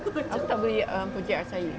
aku tak boleh um project acai